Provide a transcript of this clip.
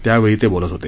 त्यावेळी ते बोलत होते